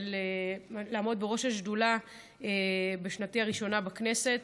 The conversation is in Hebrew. ולעמוד בראש השדולה בשנתי הראשונה בכנסת.